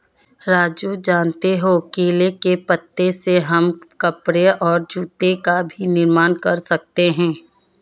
राजू जानते हो केले के पत्ते से हम कपड़े और जूते का भी निर्माण कर सकते हैं